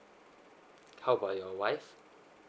how about your wife